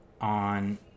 on